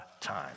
time